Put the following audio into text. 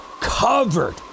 covered